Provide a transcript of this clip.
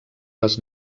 les